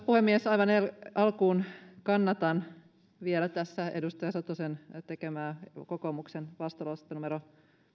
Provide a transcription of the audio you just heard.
puhemies aivan alkuun kannatan vielä tässä edustaja satosen tekemää kokoomuksen vastalausetta numero